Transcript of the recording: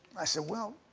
i said, well,